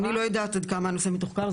אני לא יודעת עד כמה הנושא מתוחקר,